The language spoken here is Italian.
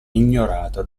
ignorata